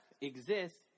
exists